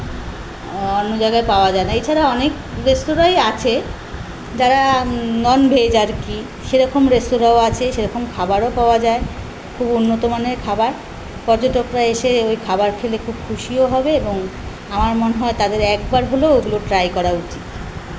অ অন্য জায়গায় পাওয়া যায় না এছাড়া অনেক রেস্তোরাঁই আছে যারা নন ভেজ আর কি সেরকম রেস্তোরাঁও আছে সেরকম খাবারও পাওয়া যায় খুব উন্নত মানের খাবার পর্যটকরা এসে ওই খাবার খেলে খুব খুশিও হবে এবং আমার মনে হয় তাদের একবার হলেও ওগুলো ট্রাই করা উচিত